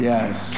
Yes